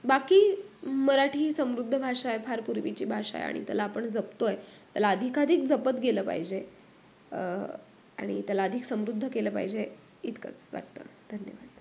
बाकी मराठी ही समृद्ध भाषा आहे फार पूर्वीची भाषा आहे आणि त्याला आपण जपतो आहे त्याला अधिकाधिक जपत गेलं पाहिजे आणि त्याला अधिक समृद्ध केलं पाहिजे इतकंच वाटतं धन्यवाद